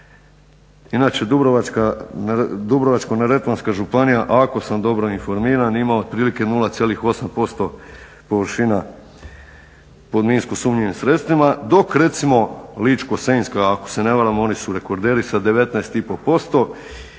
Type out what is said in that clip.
Inače Dubrovačko-neretvanska županija, ako sam dobro informiram, ima otprilike 0,8% površina pod minsko sumnjivim sredstvima, dok recimo Ličko-senjska ako se ne varam oni su rekorderi sa 19,5%